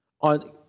on